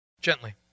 Gently